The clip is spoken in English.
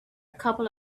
couple